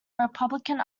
republican